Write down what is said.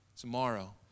tomorrow